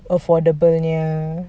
affordablenya